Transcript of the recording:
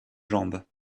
jambes